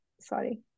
sorry